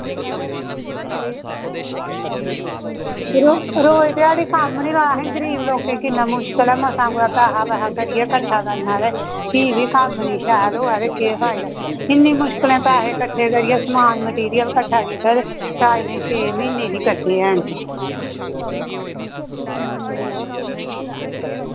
रोज़ ध्याड़ी कम्म निं ते असें गरीब बंदे किन्ना मुश्कल ऐ मसां कुदै पैसा पैसा करियै किट्ठा करना ते फ्ही बी कम्म निं शैल होऐ ते केह् फायदा इन्नी मुश्कल करियै इन्ना समान मेटीरियल किट्ठा कीता ते टाईलें छे म्हीनै निं कड्ढे हैन